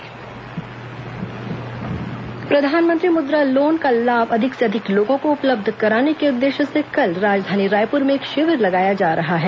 प्रधानमंत्री मुद्रा लोन प्रधानमंत्री मुद्रा लोन का लाभ अधिक से अधिक लोगों को उपलब्ध कराने के उद्देश्य से कल राजधानी रायपुर में एक शिविर लगाया जा रहा है